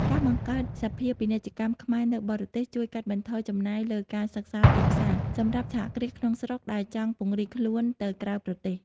ការបង្កើតសភាពាណិជ្ជកម្មខ្មែរនៅបរទេស ជួយកាត់បន្ថយចំណាយលើ "ការសិក្សាទីផ្សារ" សម្រាប់សហគ្រាសក្នុងស្រុកដែលចង់ពង្រីកខ្លួនទៅក្រៅប្រទេស។